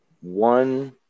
one